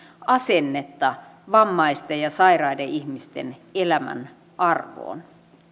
asennetta vammaisten ja sairaiden ihmisten elämän arvoon